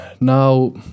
now